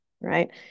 Right